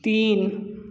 तीन